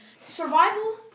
Survival